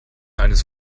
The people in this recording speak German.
eines